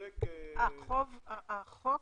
החוק